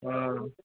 आं